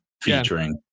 featuring